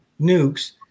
nukes